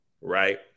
Right